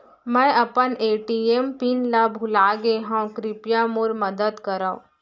मै अपन A T M pin ला भूलागे हव, कृपया मोर मदद करव